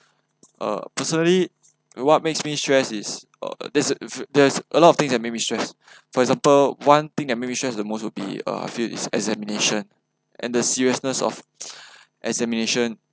uh personally what makes me stress is uh there's there's a lot of things that make me stress for example one thing that makes me stress the most will be uh I feel is examination and the seriousness of examination